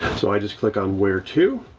so i just click on where to,